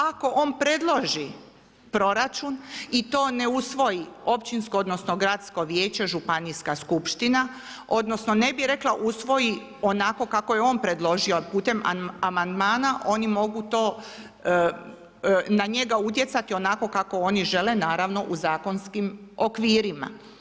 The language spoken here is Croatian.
Ako on predloži proračun i to ne usvoji općinsko, odnosno Gradsko vijeće, Županijska skupština, odnosno ne bih rekla usvoji onako kako je on predložio putem amandmana oni mogu to na njega utjecati onako kako oni žele naravno u zakonskim okvirima.